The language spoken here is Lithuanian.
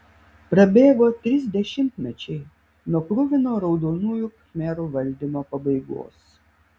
prabėgo trys dešimtmečiai nuo kruvino raudonųjų khmerų valdymo pabaigos